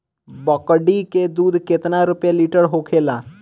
बकड़ी के दूध केतना रुपया लीटर होखेला?